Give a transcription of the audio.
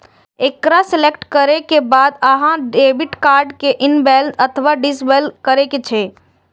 एकरा सेलेक्ट करै के बाद अहां डेबिट कार्ड कें इनेबल अथवा डिसेबल कए सकै छी